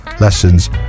Lessons